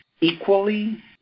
equally